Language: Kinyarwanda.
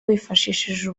wifashishije